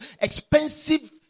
expensive